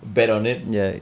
bet on it